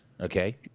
okay